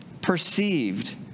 perceived